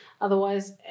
otherwise